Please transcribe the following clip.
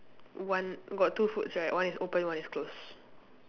one got two fruits right one is open one is close